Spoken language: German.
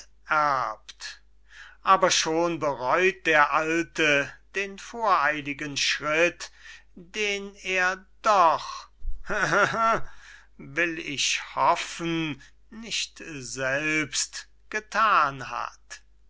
aber schon bereut der alte den voreiligen schritt den er doch lachend will ich hoffen nicht selbst gethan hat